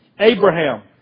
Abraham